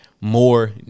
more